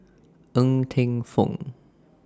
Ng Teng Fong